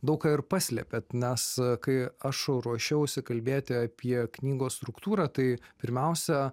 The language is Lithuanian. daug ką ir paslepiat nes kai aš ruošiausi kalbėti apie knygos struktūrą tai pirmiausia